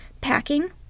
packing